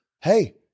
hey